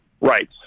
Right